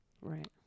Right